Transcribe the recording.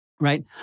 Right